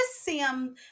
Sam